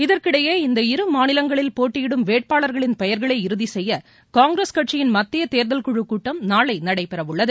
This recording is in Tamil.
இதற்கிடையே இந்த இரு மாநிலங்களில் போட்டியிடும் வேட்பாளர்களின் பெயர்களை இறுதிசெய்ய காங்கிரஸ் கட்சியின் மத்திய தேர்தல் குழு கூட்டம் நாளை நடைபெறவுள்ளது